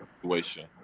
situation